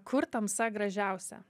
kur tamsa gražiausia